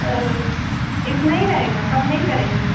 اتنا ہی رہے گا کم نہیں کریں گے